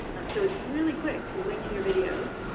so it's really quick to link to your videos.